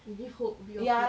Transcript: give hope a bit of hope